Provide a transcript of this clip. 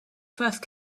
first